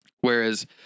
Whereas